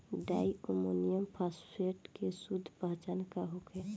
डाई ammonium phosphate के शुद्ध पहचान का होखे?